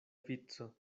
vico